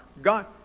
God